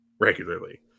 regularly